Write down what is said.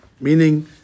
Meaning